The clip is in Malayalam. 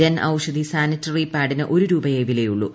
ജൻ ഔഷധി സാനിറ്ററി പാഡിന് ഒരു രൂപ്ട്യേ വിലയുള്ളൂ